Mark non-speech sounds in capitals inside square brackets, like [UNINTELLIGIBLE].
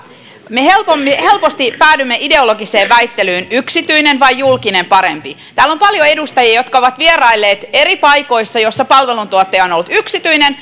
me helposti helposti päädymme ideologiseen väittelyyn yksityinen vai julkinen parempi täällä on paljon edustajia jotka ovat vierailleet eri paikoissa joissa palveluntuottaja on ollut yksityinen [UNINTELLIGIBLE]